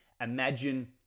Imagine